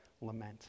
lament